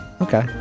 Okay